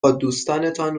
بادوستانتان